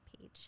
page